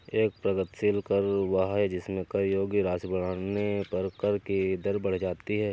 एक प्रगतिशील कर वह है जिसमें कर योग्य राशि बढ़ने पर कर की दर बढ़ जाती है